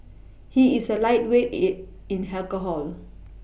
he is a lightweight in in alcohol